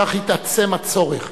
כך התעצם הצורך